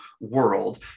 world